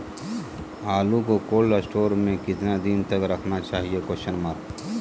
आलू को cold store में कितना दिन तक रखना चाहिए?